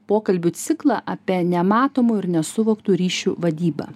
pokalbių ciklą apie nematomų ir nesuvoktų ryšių vadybą